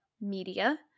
Media